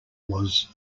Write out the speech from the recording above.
was